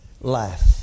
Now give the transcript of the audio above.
life